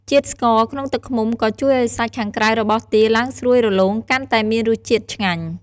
ជាតិស្ករក្នុងទឹកឃ្មុំក៏ជួយឱ្យសាច់ខាងក្រៅរបស់ទាឡើងស្រួយរលោងកាន់ តែមានរស់ជាតិឆ្ងាញ់។